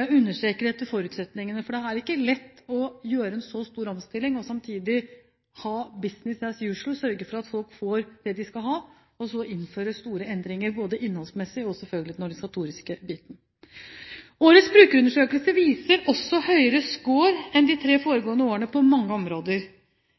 Jeg understreker «etter forutsetningene», for det er ikke lett å gjøre en så stor omstilling og samtidig ha «business as usual», sørge for at folk får det de skal ha, og så innføre store endringer, både innholdsmessig og organisatorisk. Årets brukerundersøkelse viser også høyere score enn de tre foregående årene på mange områder.